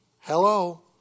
Hello